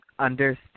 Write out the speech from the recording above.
Understood